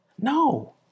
No